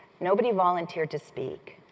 nobody volunteered to speak.